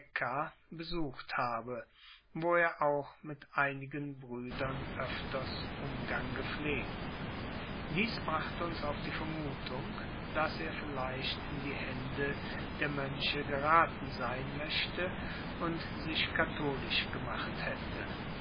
besucht habe wo er auch mit einigen brüdern öfters umgang gepflegt dies brachte uns auf die vermutung daß er vielleicht in die hände der mönche geraten sein möchte und sich katholisch gemacht hätte